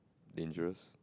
dangerous